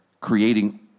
creating